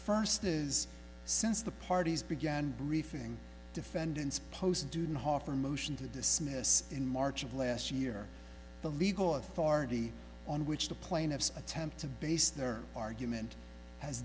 first is since the parties began briefing defendants post dieudonne hoffner motion to dismiss in march of last year the legal authority on which the plaintiff's attempt to base their argument has